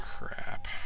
crap